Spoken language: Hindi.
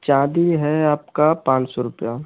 चाँदी है आपका पाँच सौ रुपया